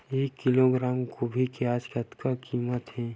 एक किलोग्राम गोभी के आज का कीमत हे?